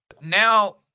Now